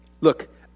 look